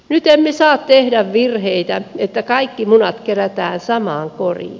nyt emme saa tehdä virheitä että kaikki munat kerätään samaan koriin